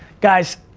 guys,